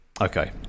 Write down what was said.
Okay